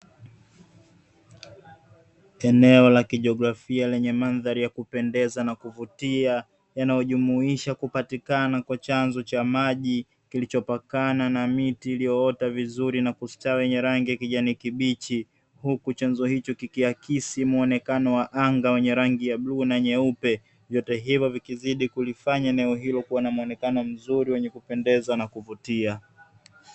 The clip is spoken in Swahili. Eneo la kijiografia lenye mandhari ya kupendeza na kuvutia yanayojumuisha kupatikana kwa chanzo cha maji kilichopakana na miti iliyoota vizuri na kustawi wenye rangi kijani kibichi, huku chanzo hicho kikiakisi muonekano wa anga wenye rangi ya blue na nyeupe, vyote hivyo vikizidi kulifanya eneo hilo kuwa na muonekano mzuri wenye kupendeza na kuvutia.